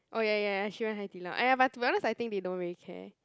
oh ya ya ya she went Hai-Di-Lao !aiya! but to be honest I think they don't really care